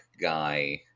guy